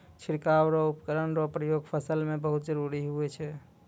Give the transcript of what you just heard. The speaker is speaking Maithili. छिड़काव रो उपकरण रो प्रयोग फसल मे बहुत जरुरी हुवै छै